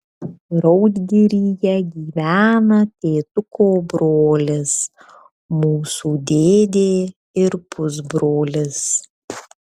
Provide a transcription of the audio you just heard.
raudgiryje gyvena tėtuko brolis mūsų dėdė ir pusbrolis